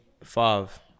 five